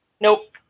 Nope